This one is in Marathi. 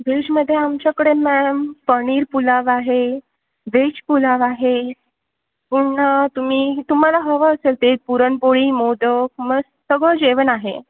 व्हेजमध्ये आमच्याकडे मॅम पनीर पुलाव आहे वेज पुलाव आहे पुण्णा तुम्ही तुम्हाला हवं असेल ते पुरणपोळी मोदक मग सगळं जेवण आहे